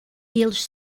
eles